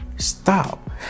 stop